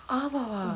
ஆமாவா:aamava